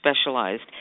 specialized